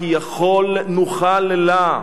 כי יכול נוכל לה",